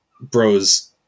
Bros